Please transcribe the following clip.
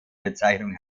bezeichnung